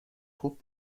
خوب